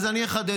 אז אני אחדד.